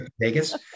Vegas